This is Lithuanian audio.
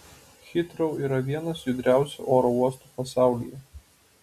hitrou yra vienas judriausių oro uostų pasaulyje